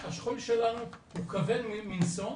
השכול שלנו הוא כבד מנשוא,